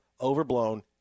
overblown